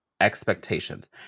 expectations